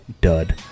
dud